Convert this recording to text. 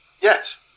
Yes